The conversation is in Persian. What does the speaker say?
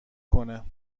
کنه